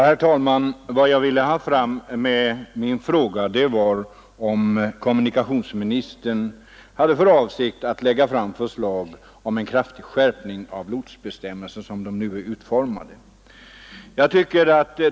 Herr talman! Vad jag ville ha fram med min fråga var, huruvida kommunikationsministern har för avsikt att lägga fram förslag om en kraftig skärpning av lotsbestämmelserna såsom dessa nu är utformade.